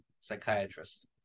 psychiatrist